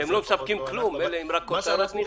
אתם לא מספקים כלום, ניחא